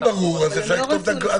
אז אם זה ברור אז אפשר לכתוב הגבלות.